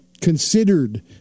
considered